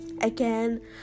again